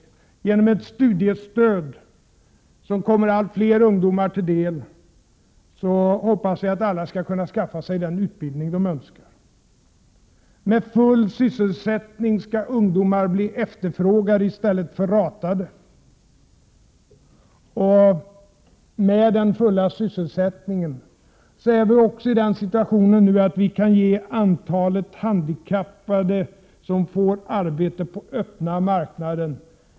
Vi hoppas att genom ett studiestöd som kommer allt fler ungdomar till del skall alla kunna skaffa den utbildning de önskar. Med full sysselsättning skall ungdomar bli efterfrågade i stället för ratade. Och med den fulla sysselsättningen är vi också i den situationen nu att vi kan ge ett rekordstort antal handikappade arbete på öppna marknaden.